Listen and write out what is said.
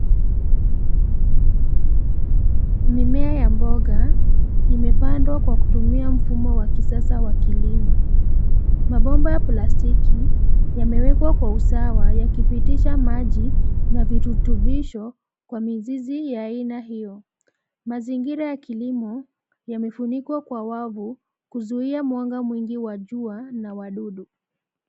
Mimea ya mboga imepandwa kwa kutumia mfumo wa kisasa wa kilimo. Mabomba ya plastiki yamewekwa kwa usawa yakipitisha maji na virutubisho kwa mizizi ya aina hiyo. Mazingira ya kilimo yamefunikwa kwa wavu, kuzuia mwanga mwingi wa jua na wadudu.